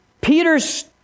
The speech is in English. Peter's